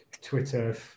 twitter